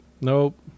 Nope